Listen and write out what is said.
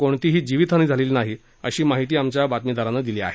या दूर्घटनेत कोणतीही जीवितहानी झालेली नाही अशी माहिती आमच्या बातमीदारानं दिली आहे